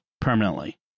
permanently